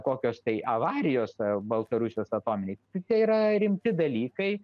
kokios tai avarijos a baltarusijos atominėj tai tie yra rimti dalykai